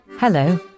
hello